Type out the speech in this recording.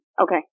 Okay